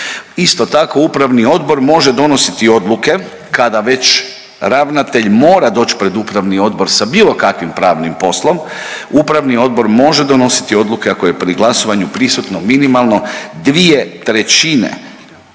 Isto tako, upravni odbor može donositi odluke kada već ravnatelj mora doći pred upravni odbor sa bilo kakvim pravnim poslom, upravni odbor može donositi odluke ako je pri glasovanju prisutno minimalno 2/3 svih